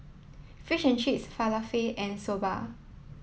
fish and Cheese Falafel and Soba